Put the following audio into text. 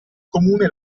comune